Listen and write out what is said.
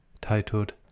titled